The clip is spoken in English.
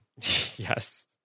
Yes